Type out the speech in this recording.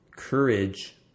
courage